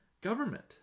government